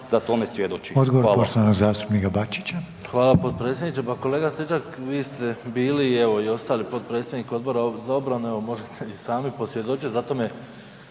da tome svjedoči.